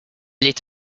lit